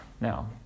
Now